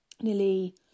nearly